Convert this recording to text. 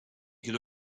could